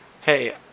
hey